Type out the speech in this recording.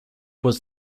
was